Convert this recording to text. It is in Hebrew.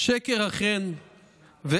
"שקר החן זה